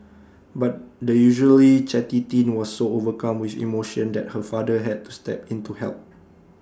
but the usually chatty teen was so overcome with emotion that her father had to step in to help